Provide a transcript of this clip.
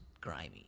grimy